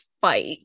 fight